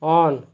on